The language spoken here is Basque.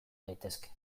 daitezke